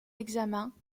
examens